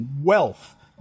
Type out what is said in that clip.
wealth